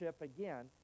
again